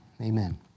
Amen